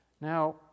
Now